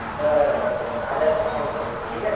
बरं बरं बरं आल्यानंतर सविस्तर बोलू ठीक आहे